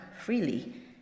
freely